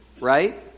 right